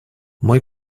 мой